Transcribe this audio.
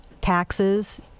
Taxes